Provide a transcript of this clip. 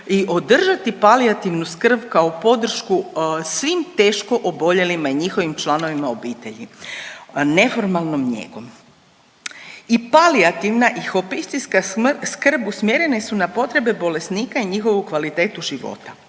i održati palijativnu skrb kao podršku svim teško oboljelima i njihovim članovima obitelji neformalnom njegom. I palijativna i hospicijska skrb usmjerene su na potrebe bolesnika i njihovu kvalitetu života.